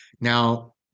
now